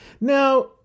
Now